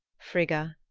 frigga,